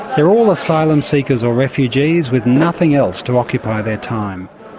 they're all asylum seekers or refugees with nothing else to occupy their time.